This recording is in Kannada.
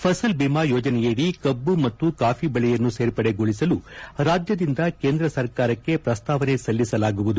ಫಸಲ್ ಭಿಮಾ ಯೋಜನೆಯಡಿ ಕಬ್ಬು ಮತ್ತು ಕಾಫಿ ಬೆಳೆಯನ್ನು ಸೇರ್ಪಡೆಗೊಳಿಸಲು ರಾಜ್ಯದಿಂದ ಕೇಂದ್ರ ಸರ್ಕಾರಕ್ಕೆ ಪ್ರಸ್ತಾವನೆ ಸಲ್ಲಿಸಲಾಗುವುದು